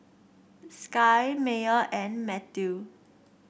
Sky Meyer and Mathew